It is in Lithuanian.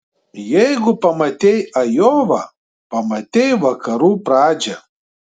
jeigu pamatei ajovą pamatei vakarų pradžią